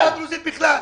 על העדה הדרוזית בכלל.